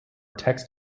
text